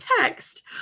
text